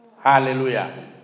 Hallelujah